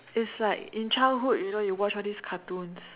it's like in childhood you know you watch all these cartoons